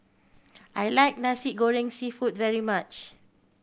I like Nasi Goreng Seafood very much